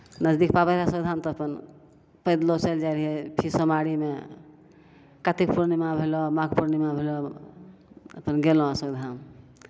नजदीक पड़ैत रहै अशोक धाम तऽ अपन पैदलो चलि जाइत रहियै अथि सोमवारीमे कातिक पूर्णिमा भेलौ माघ पूर्णिमा भेलौ अपन गेलहुँ अशोक धाम